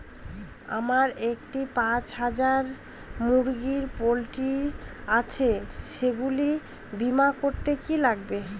আমার একটি পাঁচ হাজার মুরগির পোলট্রি আছে সেগুলি বীমা করতে কি লাগবে?